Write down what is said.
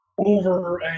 over